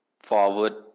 forward